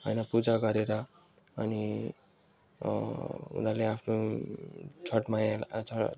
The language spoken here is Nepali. होइन पूजा गरेर अनि उनीहरूले आफ्नो छठ मैया छठ